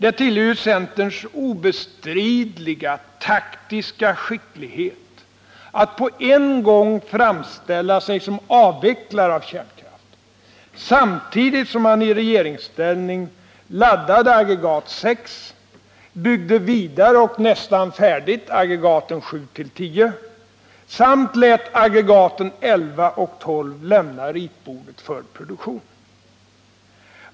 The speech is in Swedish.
Det tillhör ju centerns obestridliga taktiska skicklighet att framställa sig som avvecklare av kärnkraft samtidigt som man i regeringsställning laddade aggregat 6, byggde vidare och nästan färdigt aggregaten 7-10, samt lät aggregaten 11 och 12 lämna ritbordet för produktion.